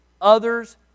others